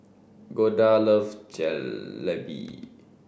Golda loves Jalebi